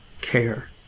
care